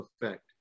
effect